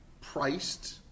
priced